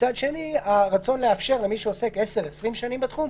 ומצד שני הרצון להקל על מי שעוסק 10 20 שנים בתחום,